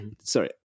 sorry